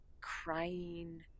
crying